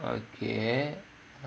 okay